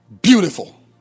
Beautiful